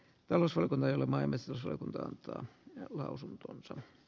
jos ulkomaailma emme sorru kunta antaa lausuntonsa